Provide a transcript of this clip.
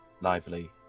lively